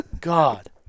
God